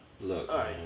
Look